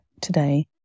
today